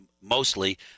mostly